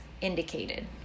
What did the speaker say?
indicated